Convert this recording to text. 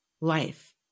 Life